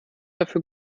dafür